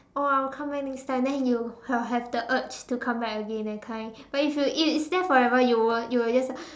oh I'll come back next time then you'll have have the urge to come back again that kind but if you if it's there forever you will you will just like